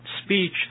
speech